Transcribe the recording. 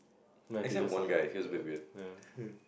my teachers sound like this like that you know